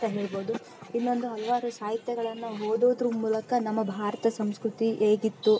ಅಂತ ಹೇಳ್ಬೋದು ಇನ್ನೊಂದು ಹಲವಾರು ಸಾಹಿತ್ಯಗಳನ್ನು ಓದೋದರ ಮೂಲಕ ನಮ್ಮ ಭಾರತ ಸಂಸ್ಕೃತಿ ಹೇಗಿತ್ತು